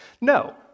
No